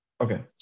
Okay